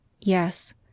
Yes